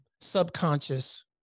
subconscious